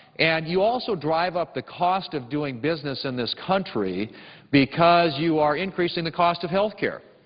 and you also drive up the cost of doing business in this country because you are increasing the cost of health care.